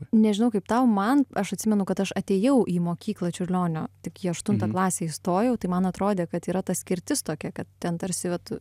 nežinau kaip tau man aš atsimenu kad aš atėjau į mokyklą čiurlionio tik į aštuntą klasę įstojau tai man atrodė kad yra ta skirtis tokia kad ten tarsi vat